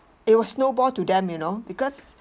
it will snowball to them you know because